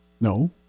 No